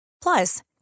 Plus